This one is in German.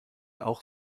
auch